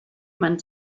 man